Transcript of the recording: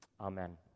amen